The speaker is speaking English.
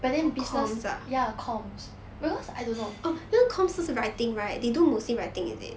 but then business ya comms because I don't know